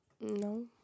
No